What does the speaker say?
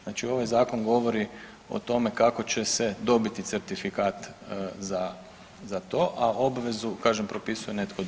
Znači ovaj zakon govori o tome kako će se dobiti certifikat za to, a obvezu kažem propisuje netko drugi.